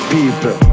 People